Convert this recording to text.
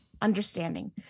understanding